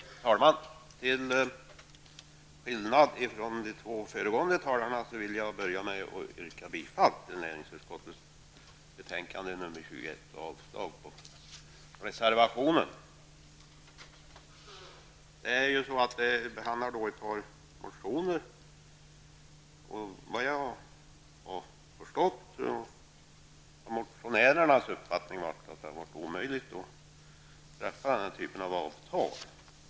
Herr talman! Till skillnad från de två föregående talarna vill jag börja med att yrka bifall till näringsutskottets hemställan i betänkande nr 21 Betänkandet behandlar ett par motioner. Såvitt jag har förstått har motionärernas uppfattning varit att det har varit omöjligt att träffa den här typen av avtal.